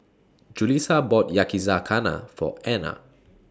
Julissa bought Yakizakana For Ana